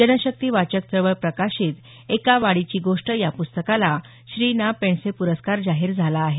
जनशक्ती वाचक चळवळ प्रकाशित एका वाडीची गोष्ट या प्स्तकाला श्री ना पेंडसे पुरस्कार जाहीर झाला आहे